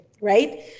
right